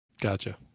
Gotcha